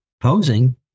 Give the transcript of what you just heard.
posing